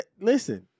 Listen